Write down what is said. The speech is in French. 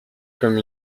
comme